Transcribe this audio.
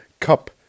Cup